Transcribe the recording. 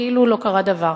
כאילו לא קרה דבר.